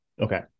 Okay